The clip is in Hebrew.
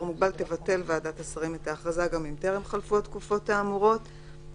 להאריך את תוקפה לתקופות נוספות שלא יעלו על 14 ימים כל אחת."